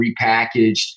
repackaged